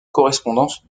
correspondance